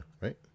right